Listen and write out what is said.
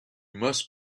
must